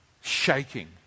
shaking